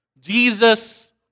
Jesus